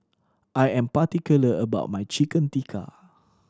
I am particular about my Chicken Tikka